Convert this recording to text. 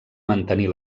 mantenir